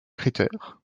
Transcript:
critère